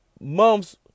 months